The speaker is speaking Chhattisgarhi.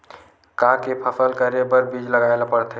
का के फसल करे बर बीज लगाए ला पड़थे?